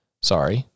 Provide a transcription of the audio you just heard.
sorry